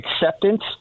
acceptance